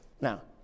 now